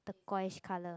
turquoise colour